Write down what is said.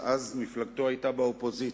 שאז מפלגתו היתה באופוזיציה,